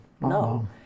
No